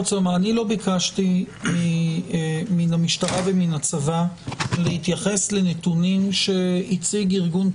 אני לא ביקשתי מן המשטרה ומן הצבא להתייחס לנתונים שהציג ארגון כלשהו,